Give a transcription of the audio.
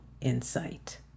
insight